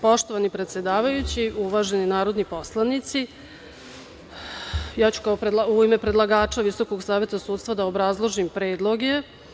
Poštovani predsedavajući, uvaženi narodni poslanici, ja ću ime u predlagača Visokog saveta sudstva da obrazložim predloge.